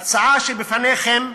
ההצעה שבפניכם,